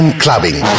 clubbing